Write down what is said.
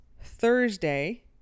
Thursday